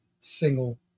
single